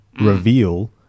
reveal